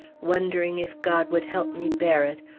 wondering if god would help me bear it,